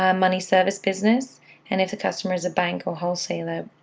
um money service business and if a customer is a bank or wholeseller,